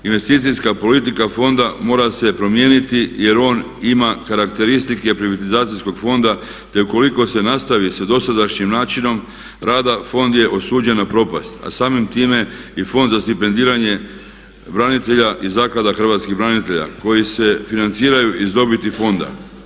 Investicijska politika Fonda mora se promijeniti jer on ima karakteristike privatizacijskog fonda, te ukoliko se nastavi sa dosadašnjim načinom rada Fond je osuđen na propast, a samim time i Fond za stipendiranje branitelja i Zaklada hrvatskih branitelja koji se financiraju iz dobiti fonda.